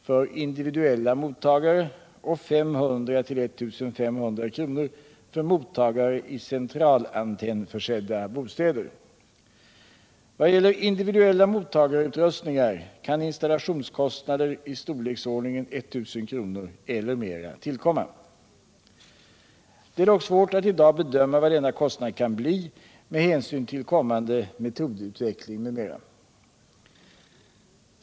för individuella mottagare och 500-1 500 kr. för mottagare i centralantennförsedda bostäder. Vad gäller individuella mottagarutrustningar kan installationskostnader i storleksordningen 1 000 kr. eller mera tillkomma. Det är dock svårt att i dag bedöma vad denna kostnad kan bli med hänsyn till kommande metodutveckling etc.